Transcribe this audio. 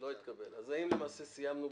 מי נמנע?